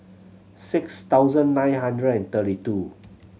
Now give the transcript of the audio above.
six thousand nine hundred and thirty two